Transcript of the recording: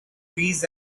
trees